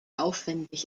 aufwendig